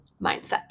mindset